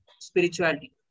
spirituality